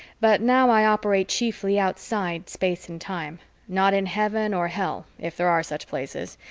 but now i operate chiefly outside space and time not in heaven or hell, if there are such places,